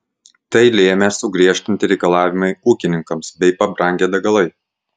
tai lėmė sugriežtinti reikalavimai ūkininkams bei pabrangę degalai